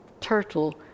turtle